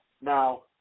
Now